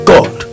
God